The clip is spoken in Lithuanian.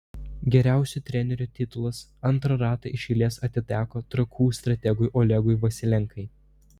geriausio trenerio titulas antrą ratą iš eilės atiteko trakų strategui olegui vasilenkai